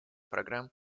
программ